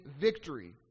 victory